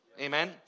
Amen